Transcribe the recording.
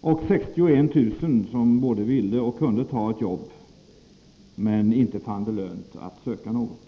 Slutligen har vi 61 000 personer som både vill och kan ta ett jobb men inte har funnit det lönt att söka något.